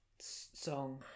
song